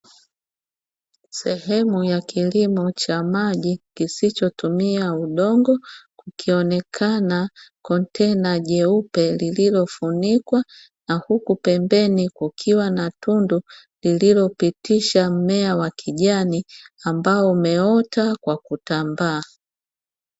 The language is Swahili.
Sehemu ya kilimo cha maji kisichotumia udongo, kukionekana kontena jeupe lililofunikwa, na huku pembeni kukiwa na tundu lililopitisha mmea wa kijani ambao umeota kwa kutambaa.